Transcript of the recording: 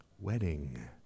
Wedding